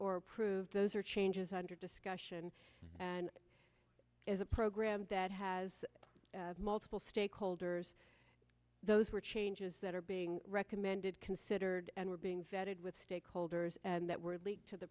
or proved those are changes under discussion and is a program that has multiple stakeholders those were changes that are being recommended considered and were being vetted with stakeholders that were leaked to the